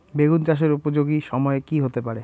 বেগুন চাষের উপযোগী সময় কি হতে পারে?